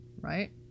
right